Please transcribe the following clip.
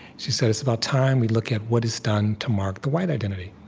she said, it's about time we look at what it's done to mark the white identity.